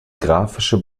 graphische